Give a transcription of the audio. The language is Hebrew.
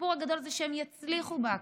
הסיפור הגדול זה שהם יצליחו באקדמיה,